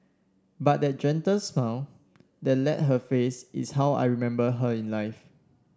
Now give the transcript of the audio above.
but that gentle smile that let her face is how I remember her in life